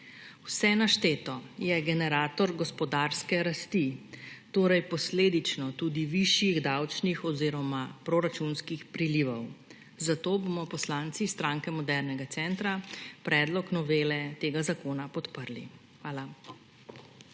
Vse našteto je generator gospodarske rasti, torej posledično tudi višjih davčnih oziroma proračunskih prilivov, zato bomo poslanci Stranke modernega centra predlog novele tega zakona podprli. Hvala.